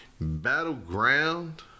battleground